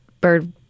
bird